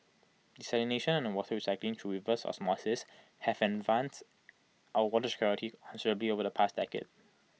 desalination and water recycling through reverse osmosis have enhanced our water security considerably over the past decade